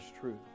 truth